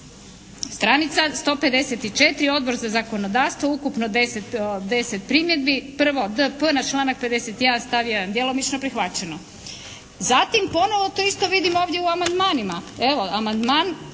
Stranica 154. Odbor za zakonodavstvo ukupno 10 primjedbi, prvo d.p. na članak 51. stav 1. djelomično prihvaćeno. Zatim ponovo to isto vidim ovdje u amandmanima. Evo, amandman